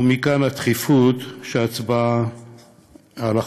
ומכאן הדחיפות שבהצבעה על החוק.